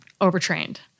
overtrained